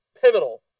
pivotal